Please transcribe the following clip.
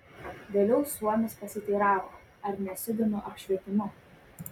vėliau suomis pasiteiravo ar nesidomiu apšvietimu